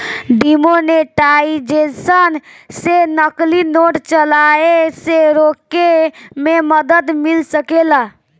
demonetisation से नकली note चलाए से रोके में मदद मिल सकेला